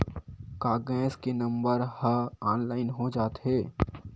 का गैस के नंबर ह ऑनलाइन हो जाथे?